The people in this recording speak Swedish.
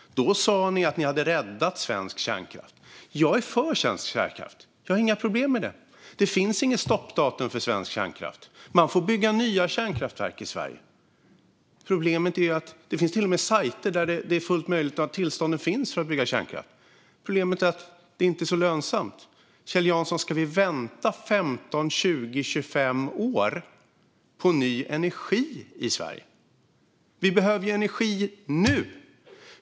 Då sa ni att ni hade räddat svensk kärnkraft. Jag är för svensk kärnkraft. Jag har inga problem med den. Det finns inget stoppdatum för svensk kärnkraft, och man får bygga nya kärnkraftverk i Sverige. Det finns till och med sajter där det är fullt möjligt att bygga kärnkraft och där tillstånden finns. Problemet är att det inte är särskilt lönsamt. Ska vi vänta i 15, 20 eller 25 år på ny energi i Sverige, Kjell Jansson? Vi behöver ju energi nu .